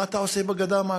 מה אתה עושה בגדה המערבית?